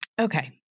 Okay